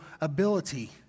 ability